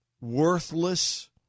worthless